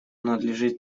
надлежит